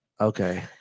Okay